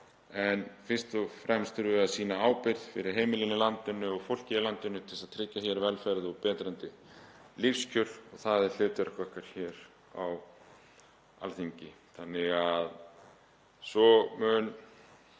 En fyrst og fremst þurfum við að sýna ábyrgð fyrir heimilin í landinu og fólkið í landinu til að tryggja velferð og betri lífskjör og það er hlutverk okkar hér á Alþingi.